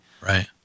Right